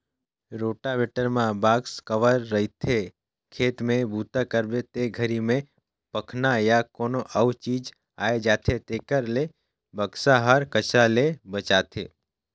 rotavator म box cover रहिथे, खेत में बूता करबे ते घरी में पखना या कोनो अउ चीज आये जाथे तेखर ले बक्सा हर कचरा ले बचाथे